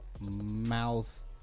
mouth